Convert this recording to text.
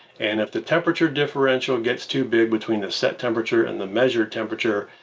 and if the temperature differential gets too big between the set temperature and the measured temperature,